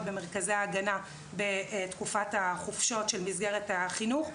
במרכזי ההגנה בתקופת החופשות של מסגרת החינוך,